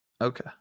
Okay